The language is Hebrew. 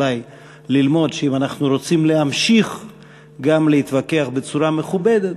כדאי גם אולי ללמוד שאם אנחנו רוצים להמשיך להתווכח בצורה מכובדת,